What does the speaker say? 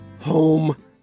home